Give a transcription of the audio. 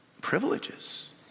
privileges